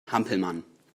hampelmann